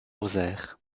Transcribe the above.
rosaire